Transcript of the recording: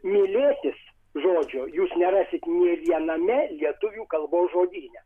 mylėtis žodžio jūs nerasit nė viename lietuvių kalbos žodyne